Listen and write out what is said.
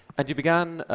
and you began